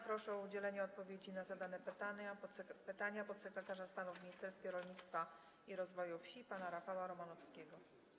Proszę o udzielenie odpowiedzi na zadane pytania podsekretarza stanu w Ministerstwie Rolnictwa i Rozwoju Wsi pana Rafała Romanowskiego.